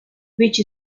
which